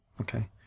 Okay